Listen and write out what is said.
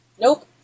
Nope